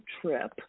trip